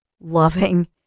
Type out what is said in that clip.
loving